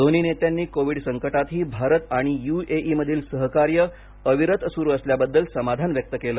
दोन्ही नेत्यांनी कोविड संकटातही भारत आणि यू ए ई मधील सहकार्य अविरत सुरु असल्याबद्दल समाधान व्यक्त केलं